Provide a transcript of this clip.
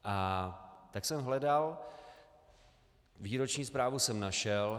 A tak jsem hledal, výroční zprávu jsem našel.